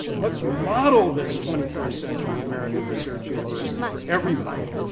let's model this twenty first century american research university for everybody.